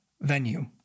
venue